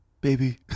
baby